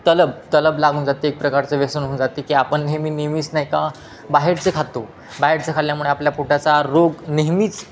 तलब तलब लागून जाते एक प्रकारचं व्यसन होऊन जाते की आपण नेहमी नेहमीच नाही का बाहेरचं खातो बाहेरचं खाल्ल्यामुळे आपल्या पोटाचा रोग नेहमीच